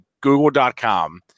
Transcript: google.com